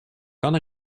kan